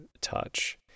touch